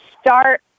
start